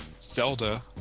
Zelda